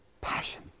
passion